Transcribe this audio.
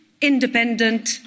independent